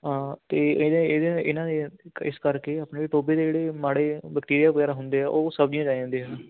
ਹਾਂ ਤੇ ਇਹਦੇ ਇਹਦੇ ਇਹਨਾਂ ਦੇ ਇਸ ਕਰਕੇ ਆਪਣੇ ਟੋਭੇ ਦੇ ਜਿਹੜੇ ਮਾੜੇ ਬੈਕਟੀਰੀਆ ਵਗੈਰਾ ਹੁੰਦੇ ਆ ਉਹ ਸਬਜ਼ੀਆਂ 'ਚ ਆ ਜਾਂਦੇ ਹੈ